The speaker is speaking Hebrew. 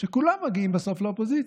שכולם מגיעים בסוף לאופוזיציה.